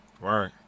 Right